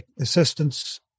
assistance